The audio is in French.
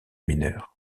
mineures